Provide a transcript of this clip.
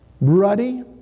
ruddy